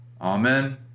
Amen